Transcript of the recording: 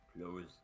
Close